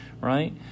right